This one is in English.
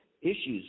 issues